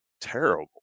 terrible